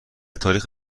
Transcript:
تاریخ